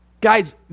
Guys